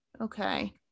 Okay